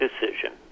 decision